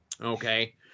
okay